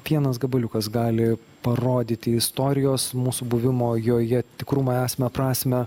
vienas gabaliukas gali parodyti istorijos mūsų buvimo joje tikrumo esmę prasmę